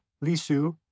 Lisu